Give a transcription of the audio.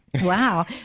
Wow